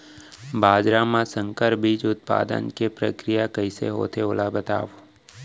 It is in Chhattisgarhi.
बाजरा मा संकर बीज उत्पादन के प्रक्रिया कइसे होथे ओला बताव?